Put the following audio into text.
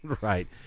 right